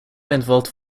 involved